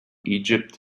egypt